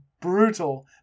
brutal